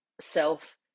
self